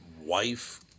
wife